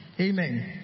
Amen